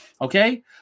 okay